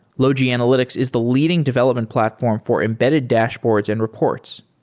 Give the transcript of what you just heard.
logi analytics is the leading development platform for embedded dashboards and reports,